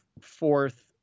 fourth